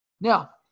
Now